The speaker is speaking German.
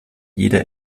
jeder